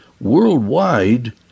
Worldwide